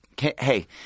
hey